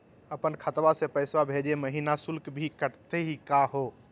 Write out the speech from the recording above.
अपन खतवा से पैसवा भेजै महिना शुल्क भी कटतही का हो?